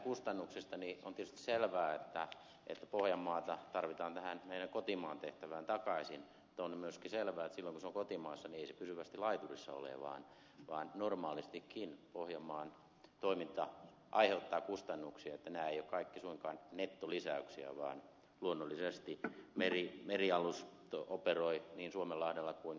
on tietysti selvää että pohjanmaata tarvitaan tähän meidän kotimaan tehtävään takaisin mutta on myöskin selvää että silloin kun se on kotimaassa ei se pysyvästi laiturissa ole vaan normaalistikin pohjanmaan toiminta aiheuttaa kustannuksia niin että nämä eivät ole kaikki suinkaan nettolisäyksiä vaan luonnollisesti merialus operoi niin suomenlahdella kuin muissa harjoituksissa